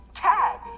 tag